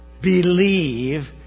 Believe